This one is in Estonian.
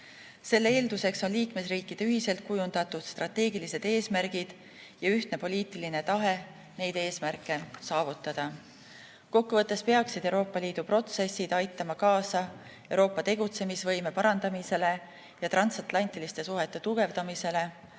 Selle eelduseks on liikmesriikide ühiselt kujundatud strateegilised eesmärgid ja ühtne poliitiline tahe neid eesmärke saavutada. Kokkuvõttes peaksid Euroopa Liidu protsessid aitama kaasa Euroopa tegutsemisvõime parandamisele ja transatlantiliste suhete tugevdamisele